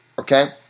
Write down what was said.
Okay